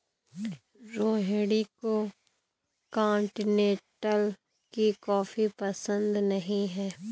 रोहिणी को कॉन्टिनेन्टल की कॉफी पसंद नहीं है